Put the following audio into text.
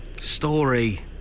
Story